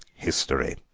history,